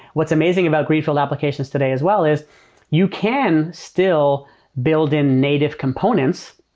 what's amazing about greenfield applications today as well as you can still build in native components,